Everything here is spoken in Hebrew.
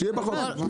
שיהיה בחוק.